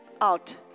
out